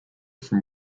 from